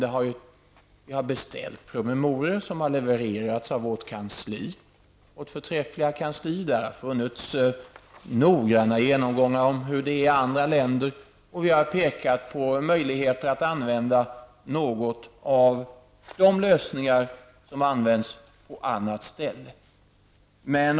Vi har ju beställt promemorior, som har levererats av vårt förträffliga kansli, vi har gjort noggranna genomgångar av hur verksamheten fungerar i andra länder, och vi har pekat på möjligheten att använda någon av de lösningar som används på andra ställen.